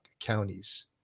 counties